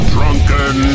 Drunken